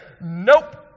nope